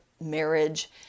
marriage